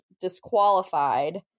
disqualified